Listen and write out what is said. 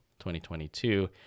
2022